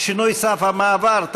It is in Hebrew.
שינוי סף המעבר),